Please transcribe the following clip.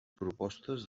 propostes